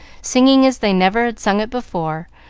singing as they never had sung it before,